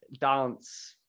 dance